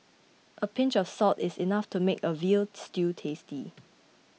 a pinch of salt is enough to make a Veal Stew tasty